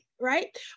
right